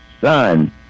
son